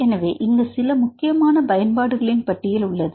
எனவே இங்கே சில முக்கியமான பயன்பாடுகளின் பட்டியல் உள்ளது